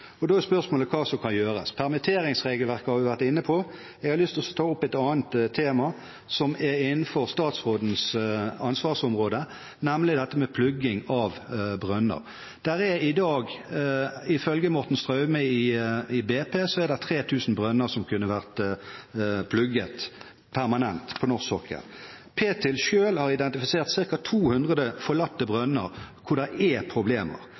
forsvinner. Da er spørsmålet hva som kan gjøres. Permitteringsregelverket har vi vært inne på. Jeg har lyst til å ta opp et annet tema som er innenfor statsrådens ansvarsområde, nemlig dette med plugging av brønner. Det er i dag ifølge Martin Straume i BP 3 000 brønner som kunne vært plugget permanent på norsk sokkel. Petroleumstilsynet har selv identifisert ca. 200 forlatte brønner hvor det er problemer.